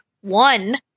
one